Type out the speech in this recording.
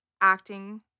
acting